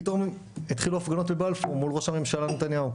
פתאום התחילו הפגנות בבלפור מול ראש הממשלה נתניהו,